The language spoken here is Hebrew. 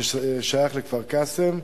ששייך לכפר-קאסם.